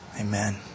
Amen